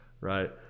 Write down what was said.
right